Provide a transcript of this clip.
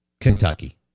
Kentucky